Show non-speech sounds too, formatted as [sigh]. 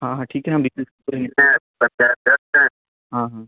हाँ हाँ ठीक है हम [unintelligible] पूरे हाँ हाँ